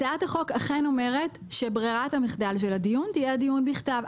הצעת החוק אכן אומרת שברירת המחדל של הדיון תהיה בכתב,